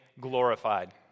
glorified